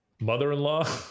mother-in-law